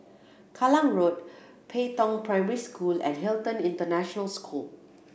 Kallang Road Pei Tong Primary School and Hilton International School